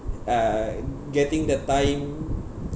uh getting the time